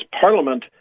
parliament